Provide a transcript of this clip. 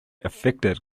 affected